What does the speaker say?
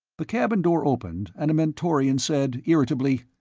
the cabin door opened and a mentorian said irritably,